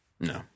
No